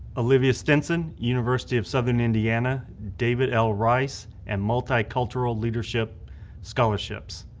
olivia stinson, university of southern indiana, david l. rice and multi-cultural leadership scholarships.